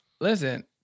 Listen